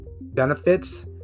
benefits